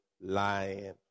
lying